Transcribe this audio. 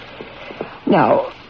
Now